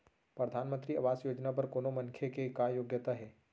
परधानमंतरी आवास योजना बर कोनो मनखे के का योग्यता हे?